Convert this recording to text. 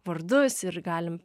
vardus ir galim